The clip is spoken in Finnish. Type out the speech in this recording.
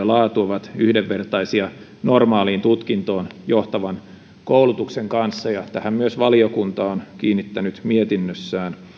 laatu ovat yhdenvertaisia normaalin tutkintoon johtavan koulutuksen kanssa ja tähän myös valiokunta on kiinnittänyt mietinnössään